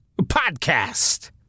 podcast